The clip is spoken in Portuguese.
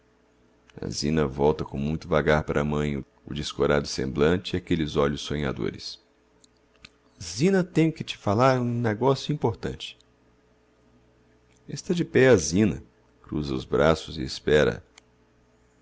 zina volta com muito vagar para a mãe o descorado semblante e aquelles olhos sonhadores zina tenho que te falar em negocio importante está de pé a zina cruza os braços e espera